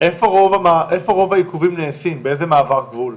איפה רוב העיכובים נעשים, באיזה מעבר גבול?